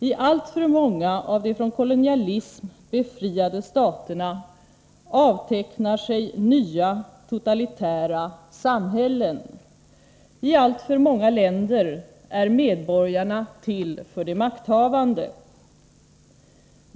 I alltför många av de från kolonialism befriade staterna avtecknar sig nya totalitära samhällen. I alltför många länder är medborgarna till för de makthavande.